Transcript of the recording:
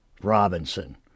Robinson